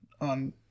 on